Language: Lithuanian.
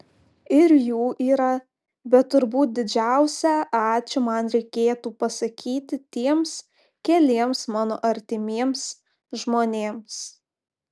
ir jų yra bet turbūt didžiausią ačiū man reikėtų pasakyti tiems keliems mano artimiems žmonėms